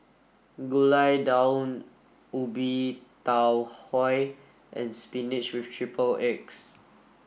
Gulai Daun Ubi Tau Huay and spinach with triple egg